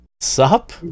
Sup